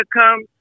come